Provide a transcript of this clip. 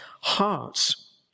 Hearts